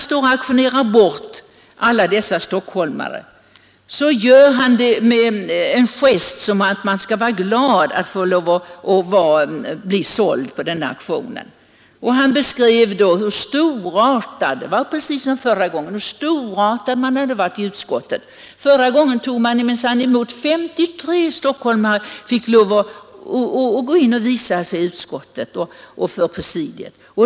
När han auktionerar bort alla dessa stockholmare gör han det med en gest som om de borde vara glada över att få bli sålda på denna auktion. Han beskrev, precis som förra gången, hur storartad man hade varit i utskottet. Förra gången tog man minsann emot 53 stockholmare som fick lov att visa sig i utskottet!